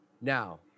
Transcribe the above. Now